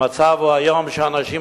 המצב הוא היום שאנשים,